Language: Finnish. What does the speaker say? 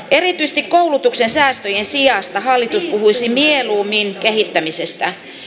erityisesti koulutuksen säästöjen sijasta hallitus puhuisi mieluummin kehittämisestä